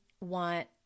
want